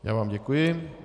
Já vám děkuji.